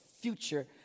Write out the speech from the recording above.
future